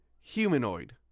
humanoid